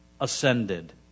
Ascended